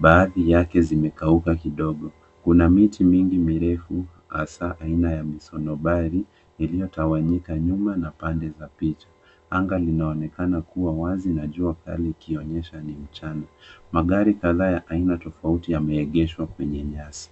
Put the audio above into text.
Baadhi yake zimekauka kidogo. Kuna miti mingi mirefu hasaa aina ya misonobari iliyotawanyika nyuma na pande za picha. Anga linaonekana kuwa wazi na jua kali ikionyesha ni mchana. Magari kadhaa ya aina tofauti yameegeshwa kwenye nyasi.